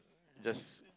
the